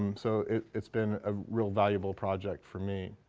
um so it's been ah real valuable project for me.